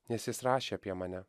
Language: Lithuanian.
nes jis rašė apie mane